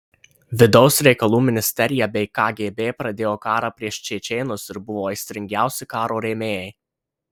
vidaus reikalų ministerija bei kgb pradėjo karą prieš čečėnus ir buvo aistringiausi karo rėmėjai